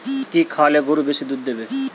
কি খাওয়ালে গরু বেশি দুধ দেবে?